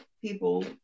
people